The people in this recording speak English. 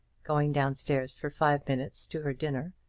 going down-stairs for five minutes, to her dinner,